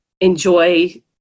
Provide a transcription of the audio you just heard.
enjoy